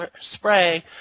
spray